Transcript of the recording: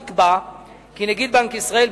נקבע כי נגיד בנק ישראל,